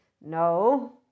No